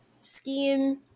scheme